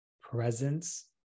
presence